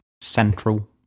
central